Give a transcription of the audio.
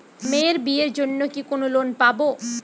মেয়ের বিয়ের জন্য কি কোন লোন পাব?